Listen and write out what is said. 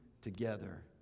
together